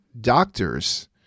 doctors